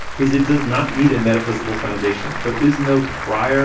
is it does not need a metaphysical foundation. there is no prior